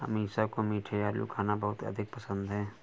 अमीषा को मीठे आलू खाना बहुत अधिक पसंद है